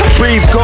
breathe